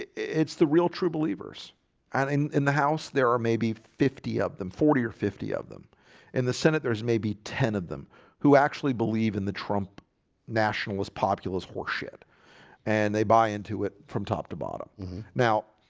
it's the real true believers and in in the house there are maybe fifty of them forty or fifty of them in the senate there's maybe ten of them who actually believe in the trump nationalist populist worship and they buy into it from top to bottom now